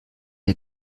der